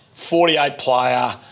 48-player